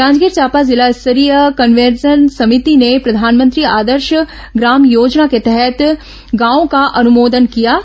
जांजगीर चांपा जिला स्तरीय कन्वरजेंस समिति ने प्रधानमंत्री आदर्श ग्राम योजना के तहत चौंतीस गांवों का अनुमोदन किया है